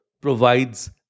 provides